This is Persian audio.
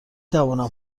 توانم